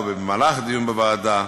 או במהלך דיון בוועדה,